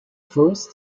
first